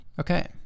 okay